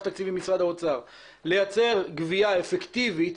התקציבים במשרד האוצר לייצר גבייה אפקטיבית,